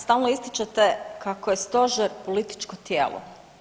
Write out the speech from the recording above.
Stalno ističete kako je Stožer političko tijelo.